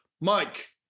Mike